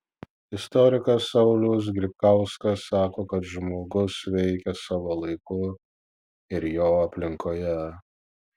istorikas saulius grybkauskas sako kad žmogus veikia savo laiku ir jo aplinkoje